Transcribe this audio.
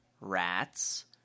Rats